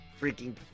freaking